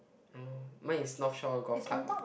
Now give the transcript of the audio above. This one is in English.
oh mine is North Shore Golf Club